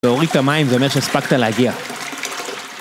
והוריד את המים זה אומר שספקת להגיע.